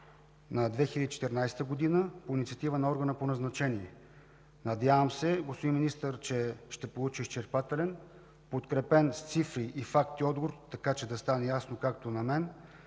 на 2014 г. по инициатива на органа на назначение? Надявам се, господин Министър, че ще получа изчерпателен, подкрепен с цифри и факти отговор, така че да стане ясно както на мен,